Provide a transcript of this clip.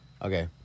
Okay